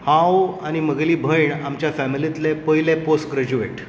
हांव आनी म्हगेली भयण आमच्या फॅमिलींतले पयले पोस्ट ग्रॅज्युएट